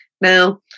Now